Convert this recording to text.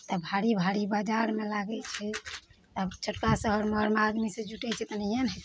तऽ भारी भारी बजारमे लागै छै आब छोटका शहर आरमे आदमी सब जुटै छै तऽ नहिये नै छै